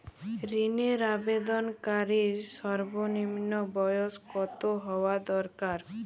ঋণের আবেদনকারী সর্বনিন্ম বয়স কতো হওয়া দরকার?